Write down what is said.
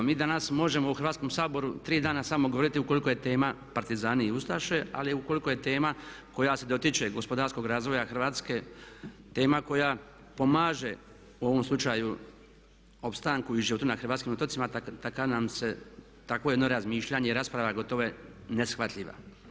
Mi danas možemo u Hrvatskom saboru 3 dana samo govoriti ukoliko je tema partizani i ustaše ali ukoliko je tema koja se dotiče gospodarskog razvoja Hrvatske, tema koja pomaže u ovom slučaju opstanku i životu na hrvatskim otocima takvo nam je jedno razmišljanje i rasprava gotovo neshvatljiva.